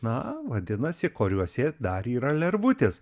na vadinasi koriuose dar yra lervutės